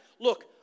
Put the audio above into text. look